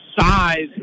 size